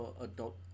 adult